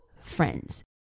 friends